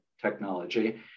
technology